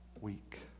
week